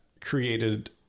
created